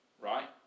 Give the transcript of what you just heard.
right